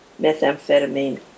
methamphetamine